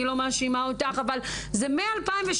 אני לא מאשימה אותך, אבל זה מ-2016.